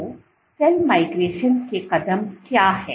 तो cell migration के कदम क्या हैं